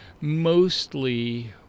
Mostly